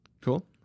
Cool